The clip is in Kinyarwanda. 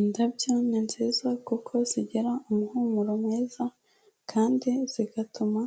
Indabyo ni nziza kuko zigira umuhumuro mwiza kandi zigatuma